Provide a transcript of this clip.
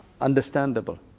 Understandable